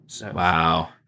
Wow